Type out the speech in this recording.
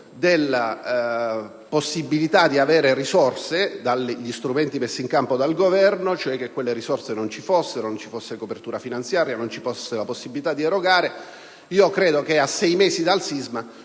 alla possibilità di ottenere risorse attraverso gli strumenti messi in campo dal Governo, sul fatto che quelle risorse non ci fossero, non ci fosse copertura finanziaria, non fosse possibile erogarle. Credo che a sei mesi dal sisma